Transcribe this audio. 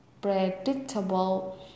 predictable